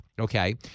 okay